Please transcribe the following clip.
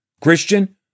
Christian